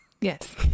Yes